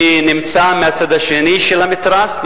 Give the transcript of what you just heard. שנמצא מהצד השני של המתרס,